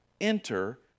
enter